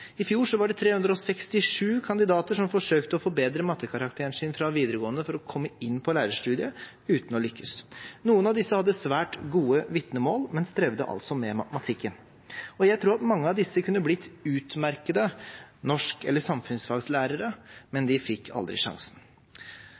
I fjor var det 367 kandidater som forsøkte å forbedre mattekarakteren sin fra videregående for å komme inn på lærerstudiet, uten å lykkes. Noen av disse hadde svært gode vitnemål, men strevde altså med matematikken. Jeg tror at mange av disse kunne blitt utmerkede norsk- eller samfunnsfaglærere, men